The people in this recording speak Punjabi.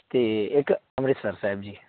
ਅਤੇ ਇੱਕ ਅੰਮ੍ਰਿਤਸਰ ਸਾਹਿਬ ਜੀ